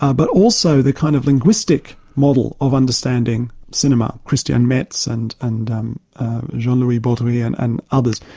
ah but also the kind of linguistic model of understanding cinema, christian metz and and um jean-louis baudry and and others,